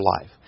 life